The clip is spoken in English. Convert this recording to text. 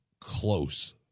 close